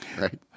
Right